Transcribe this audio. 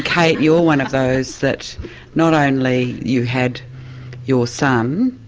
kate, you're one of those that not only you had your son,